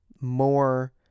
more